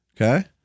okay